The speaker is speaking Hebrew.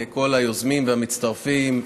לכל היוזמים והמצטרפים,